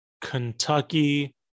Kentucky